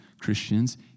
Christians